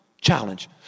Challenge